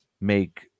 make